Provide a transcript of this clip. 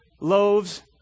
loaves